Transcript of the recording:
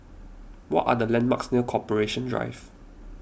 what are the landmarks near Corporation Drive